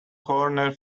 corner